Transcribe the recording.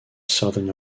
southern